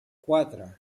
quatre